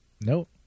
Nope